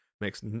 Makes